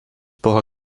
buvo